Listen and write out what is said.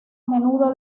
menudo